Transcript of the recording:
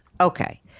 Okay